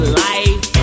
life